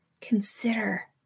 Consider